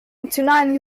nationalen